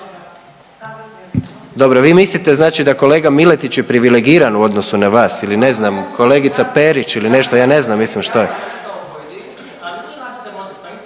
Dobro, vi mislite znači da kolega Miletić je privilegiran u odnosu na vas ili ne znam kolegica Perić ili nešto ja ne znam,